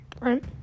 right